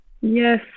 yes